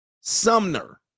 Sumner